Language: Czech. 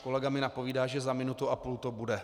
Kolega mi napovídá, že za minutu a půl to bude.